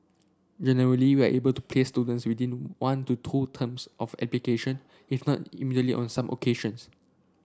generally we are able to place students within one to two terms of application if not immediately on some occasions